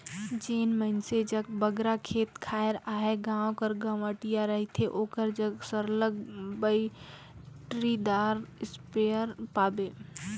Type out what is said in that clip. जेन मइनसे जग बगरा खेत खाएर अहे गाँव कर गंवटिया रहथे ओकर जग सरलग बइटरीदार इस्पेयर पाबे